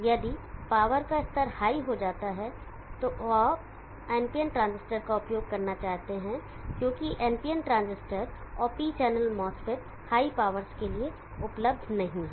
यदि पावर का स्तर हाई हो जाता है और आप NPN ट्रांजिस्टर का उपयोग करना चाहते है क्योंकि NPN ट्रांजिस्टर और P channel MOSFET high powers के लिए उपलब्ध नहीं हैं